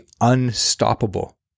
unstoppable